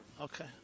Okay